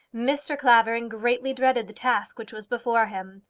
mr. clavering greatly dreaded the task which was before him,